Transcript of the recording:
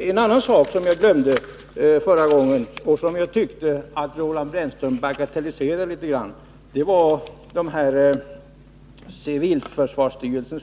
en annan sak, som jag glömde i mitt förra inlägg och som jag tyckte att Roland Brännström bagatelliserade, nämligen de fem tjänsterna vid civilförsvarsstyrelsen.